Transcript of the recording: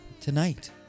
Tonight